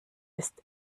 ist